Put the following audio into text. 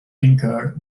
incurred